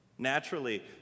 Naturally